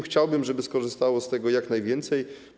Chciałbym, żeby skorzystało z tego jak najwięcej osób.